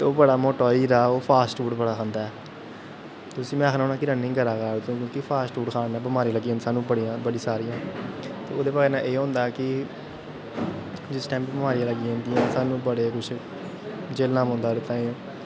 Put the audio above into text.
ओह् बड़ा मोटा होई गेदा ओह् फास्ट फूड़ बड़ा खंदा ऐ उस्सी में आखना होन्ना कि रनिंग करा कर तूं फास्ट फूड खन्ना होन्ना बमारियां लग्गी जानियां बड़ियां सारियां ते ओह्दे बजह कन्नै एह् होंदा कि जिस टैम बमारियां लग्गी दियां होंदियां ओह् सानूं बड़ा कुछ झेलना पौंदा ओह्दे ताहीं